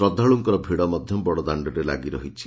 ଶ୍ରଦ୍ଧାଳୁଙ୍କର ଭିଡ଼ ମଧ ବଡଦାଣରେ ଲାଗିରହିଛି